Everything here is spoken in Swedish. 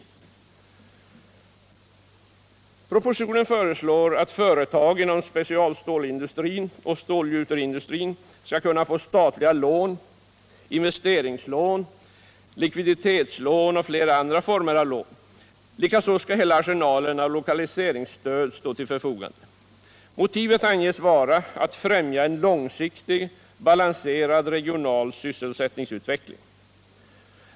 I propositionen föreslås, att företag inom specialstålindustrin och stålgjuteriindustrin skall kunna få statliga lån, investeringslån, likviditetslån och flera andra former av lån. Likaså skall hela arsenalen av lokaliseringsstöd stå till förfogande. Motivet anges vara ”att främja en långsiktigt balanserad regional sysselsättningsutveckling”.